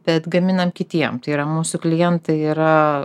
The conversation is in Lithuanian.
bet gaminam kitiem tai yra mūsų klientai yra